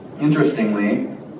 Interestingly